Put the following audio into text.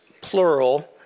plural